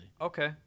Okay